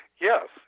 Yes